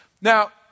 Now